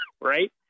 Right